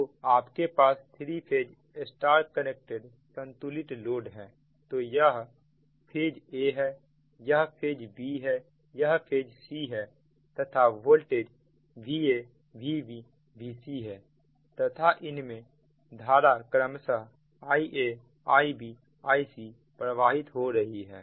तो आपके पास थ्री फेज स्टार कनेक्टेड संतुलित लोड है तो यह फेज aफेज bफेज c है तथा वोल्टेज Va Vb Vcहै तथा इनमें धारा क्रमशः IaIbIcप्रवाहित हो रही है